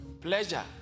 Pleasure